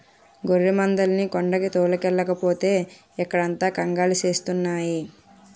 గొర్రెమందల్ని కొండకి తోలుకెల్లకపోతే ఇక్కడంత కంగాలి సేస్తున్నాయి